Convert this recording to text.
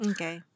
Okay